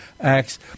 Acts